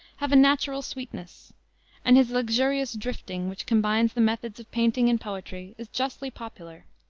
have a natural sweetness and his luxurious drifting, which combines the methods of painting and poetry, is justly popular.